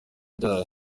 ryayo